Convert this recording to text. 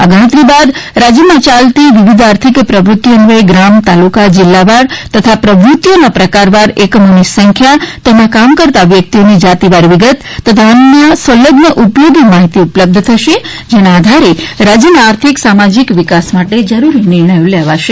આ ગણતરી બાદ રાજ્યમાં ચાલતી વિવિધ આર્થિક પ્રવૃત્તિ અન્વયે ગ્રામ તાલુકા જિલ્લાવાર તથા પ્રવૃત્તિઓના પ્રકારવાર એકમોની સંખ્યા તેમાં કામ કરતાં વ્યક્તિઓની જાતિવાર વિગત તથા અન્ય સંલઝ્ન ઉપયોગી માહિતી ઉપલબ્ધ થશે જેના આધારે રાજ્યના આર્થિક સામાજિક વિકાસ માટે જરૂરી નિર્ણયો લેવાશે